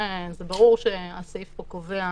זה ברור שהסעיף פה קובע